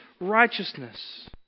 righteousness